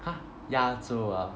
!huh! 鸭粥 ah